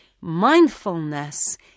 mindfulness